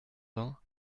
vingt